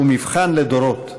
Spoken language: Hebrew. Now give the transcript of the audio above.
הוא מבחן לדורות,